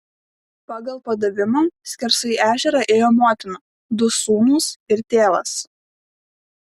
pagal padavimą skersai ežerą ėjo motina du sūnūs ir tėvas